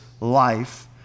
life